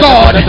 God